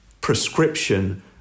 prescription